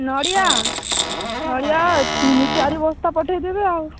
ନଡ଼ିଆ ନଡ଼ିଆ ତିନି ଚାରି ବସ୍ତା ପଠେଇ ଦେବେ ଆଉ